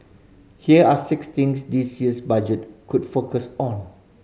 here are six things this year's Budget could focus on